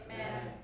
amen